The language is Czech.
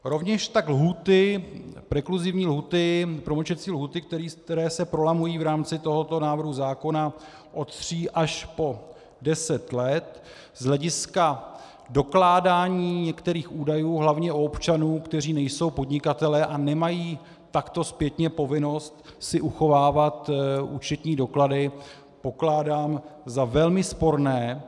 Rovněž tak prekluzivní lhůty, které se prolamují v rámci tohoto návrhu zákona od tří až po deset let z hlediska dokládání některých údajů hlavně u občanů, kteří nejsou podnikatelé a nemají takto zpětně povinnost si uchovávat účetní doklady, pokládám za velmi sporné.